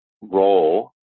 role